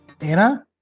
Anna